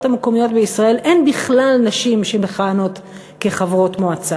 המקומיות בישראל אין בכלל נשים שמכהנות כחברות מועצה.